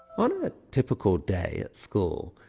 on a typical day at school,